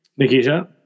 Nikisha